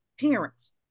parents